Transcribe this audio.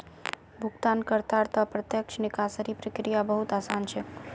भुगतानकर्तार त न प्रत्यक्ष निकासीर प्रक्रिया बहु त आसान छेक